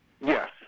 Yes